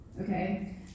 okay